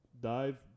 dive